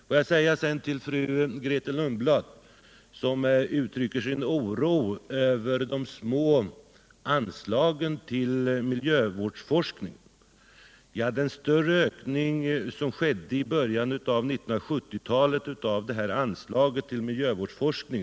Får jag sedan säga några ord till fru Grethe Lundblad ,som uttryckte sin oro över de små anslagen till miljövårdsforskning. Vi fick i början av 1970-talet en större uppräkning av anslaget till miljövårdsforskning.